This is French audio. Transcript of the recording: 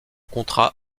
contrat